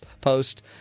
Post